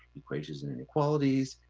equations and inequalities,